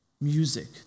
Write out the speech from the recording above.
music